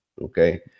okay